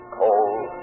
cold